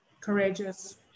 Courageous